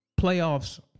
Playoffs